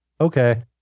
Okay